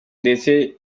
ndetse